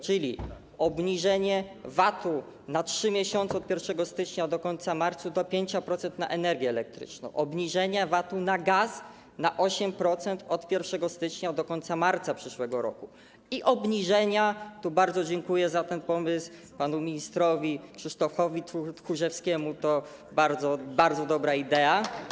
Chodzi o obniżenie VAT-u na 3 miesiące od 1 stycznia do końca marca do 5% na energię elektryczną, obniżenie VAT-u na gaz do 8% od 1 stycznia do końca marca przyszłego roku i obniżenie, bardzo dziękuję za ten pomysł panu ministrowi Krzysztofowi Tchórzewskiemu, to bardzo, bardzo dobra idea.